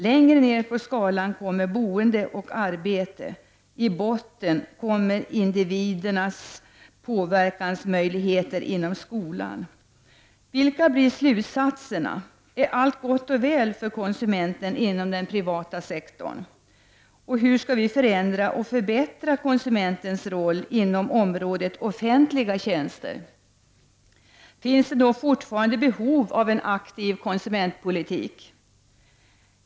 Längre ner på skalan kommer boende och arbete. I botten finns individens möjlighet till påverkan inom skolan. Vilka blir slutsatserna? Är allt gott och väl för konsumenten inom den privata sektorn? Hur skall vi förändra och förbättra konsumentens roll inom området för offentliga tjänster? Finns det fortfarande behov av en aktiv konsumentpolitik?